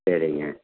சரிங்க